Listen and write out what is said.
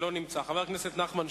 יש שר אחר פה,